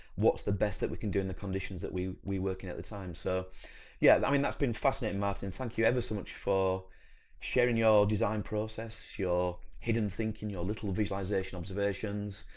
what's the best that we can do in the conditions that we, we work in at the time so yeah, i mean, that's been fascinating, maarten, thank you ever so much for sharing your design process, your hidden thinking, your little visualisation observations.